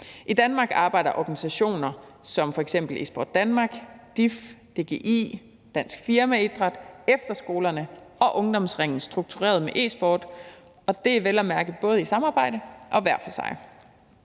I Danmark arbejder organisationer som f.eks. Esport Danmark, DIF, DGI, Dansk Firmaidræt, efterskolerne og Ungdomsringen struktureret med e-sport, og det er vel at mærke både i samarbejde og hver for sig.